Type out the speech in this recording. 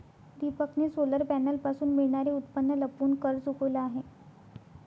दीपकने सोलर पॅनलपासून मिळणारे उत्पन्न लपवून कर चुकवला आहे